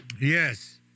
Yes